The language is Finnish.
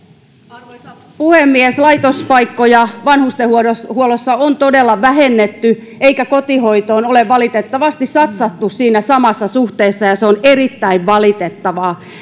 arvoisa puhemies laitospaikkoja vanhustenhuollossa on todella vähennetty eikä kotihoitoon ole valitettavasti satsattu siinä samassa suhteessa ja se on erittäin valitettavaa